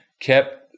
kept